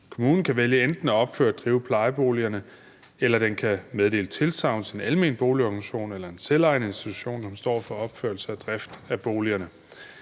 Kommunen kan vælge enten at opføre og drive plejeboligerne, eller den kan meddele tilsagn til en almen boligorganisation eller en selvejende institution, når den står for opførelse og drift af boligerne.